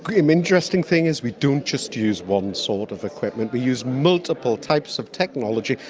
the um interesting thing is we don't just use one sort of equipment, we use multiple types of technology,